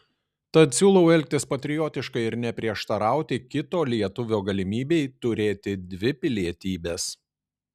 tad siūlau elgtis patriotiškai ir neprieštarauti kito lietuvio galimybei turėti dvi pilietybes